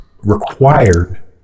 required